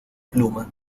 pluma